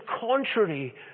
contrary